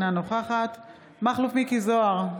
אינה נוכחת מכלוף מיקי זוהר,